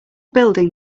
building